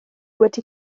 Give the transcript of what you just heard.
wedi